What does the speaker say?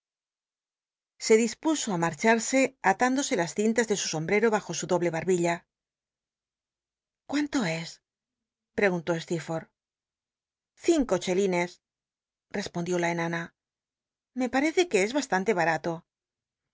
se dispuso marchar se altindosc las cintas de su sombrero bajo sn doijic barbilla cuünlo es prcgunló stcerror'lh cinco chelines respondió la enana me parece que es bastante bamto y